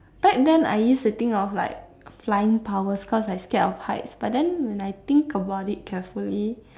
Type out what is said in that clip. back then I used to think of like flying powers cause I scared of heights but then when I think about it carefully